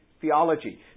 theology